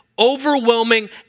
Overwhelming